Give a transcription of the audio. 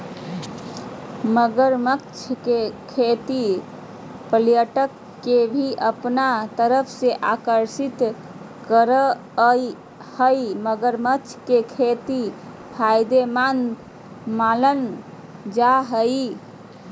मगरमच्छ के खेती पर्यटक के भी अपना तरफ आकर्षित करअ हई मगरमच्छ के खेती फायदेमंद मानल जा हय